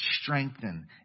strengthen